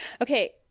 Okay